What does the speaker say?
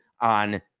on